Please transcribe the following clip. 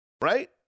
right